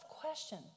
question